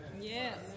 Yes